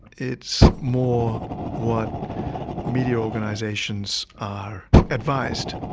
it's more what media organisations are advised,